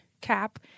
cap